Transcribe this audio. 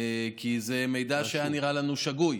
כי זה מידע שהיה נראה לנו שגוי.